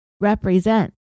represent